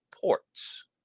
ports